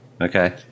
Okay